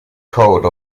code